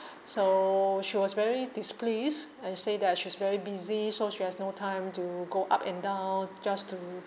so she was very displeased and say that she's very busy so she has no time to go up and down just to